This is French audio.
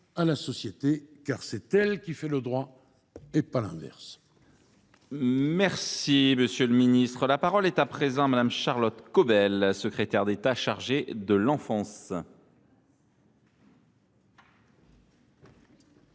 à la société, car c’est elle qui fait le droit et pas l’inverse